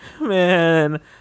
man